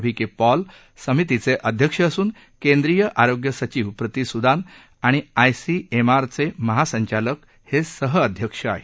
V K Paul समितीचे अध्यक्ष असून केंद्रीय आरोग्य सचिव प्रीती सुदान आणि आय सी एम आर चे महासंचालक हे सह अध्यक्ष आहेत